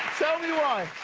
tell me why?